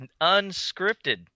unscripted